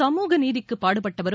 சமூக நீதிக்கு பாடுபட்டவரும்